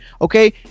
okay